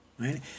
right